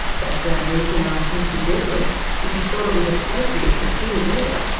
background briefing asked mr devlin if he thought it was appropriate for peter webber,